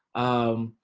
um,